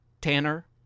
Tanner